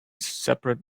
seperate